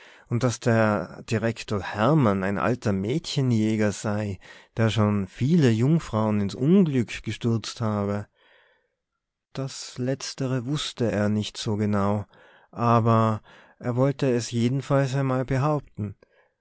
und daß der direktor hermann ein alter mädchenjäger sei der schon viele jungfrauen ins unglück gestürzt habe das letztere wußte er nicht so genau aber er wollte es jedenfalls einmal behaupten